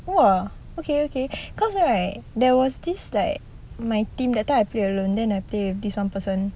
!wah! okay okay cause right there was this like my team that time I play alone then I play with this one person